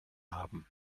haben